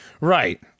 Right